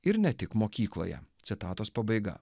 ir ne tik mokykloje citatos pabaiga